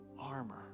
armor